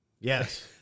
Yes